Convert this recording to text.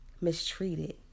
mistreated